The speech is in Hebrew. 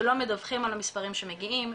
שלא מדווחים על המספרים שמגיעים,